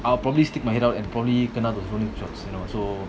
I'll probably stick my head and probably kena the rolling shorts so